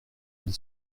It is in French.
nous